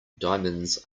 diamonds